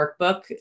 workbook